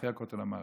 אחרי הכותל המערבי.